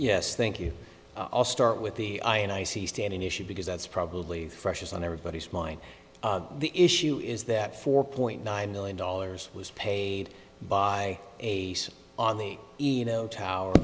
yes think you all start with the i and i see standing issue because that's probably fresh is on everybody's mind the issue is that four point nine million dollars was paid by a on the ino tower